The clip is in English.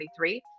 2023